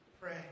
pray